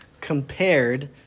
compared